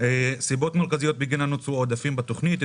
סיבות מרכזיות בגינן נוצרו עודפים בתכנית: א.